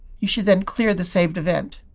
you should then clear the saved event.